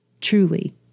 truly